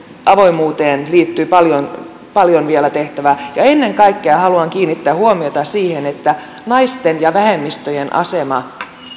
avoimuuteen liittyy paljon paljon vielä tehtävää ennen kaikkea haluan kiinnittää huomiota siihen että naisten ja vähemmistöjen asema